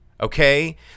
okay